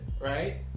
right